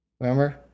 Remember